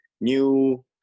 new